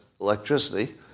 electricity